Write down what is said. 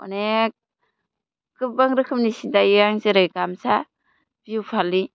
अनेक गोबां रोखोमनि सि दायो आं जेरै गामसा बिहु फालि